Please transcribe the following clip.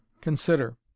consider